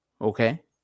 Okay